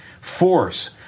Force